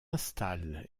installent